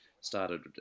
started